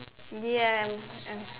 ya I'm